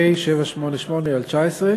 פ/788/19,